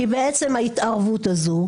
בעצם ההתערבות הזו,